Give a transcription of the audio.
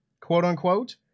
quote-unquote